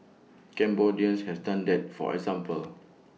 Cambodians have done that for example